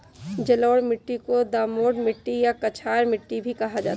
जलोढ़ मिट्टी को दोमट मिट्टी या कछार मिट्टी भी कहा जाता है